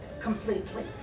completely